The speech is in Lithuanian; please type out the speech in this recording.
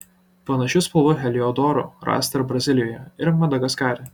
panašių spalvų heliodorų rasta ir brazilijoje ir madagaskare